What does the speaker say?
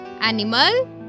animal